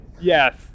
Yes